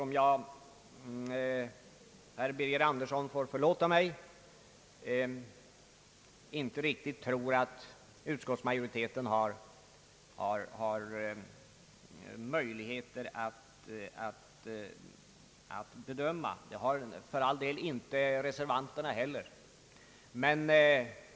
Herr Birger Andersson får förlåta mig, men jag tror inte att utskottsmajoriteten har möjlighet att bedöma den saken — och för all del inte reservanterna heller.